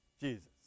Jesus